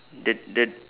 the the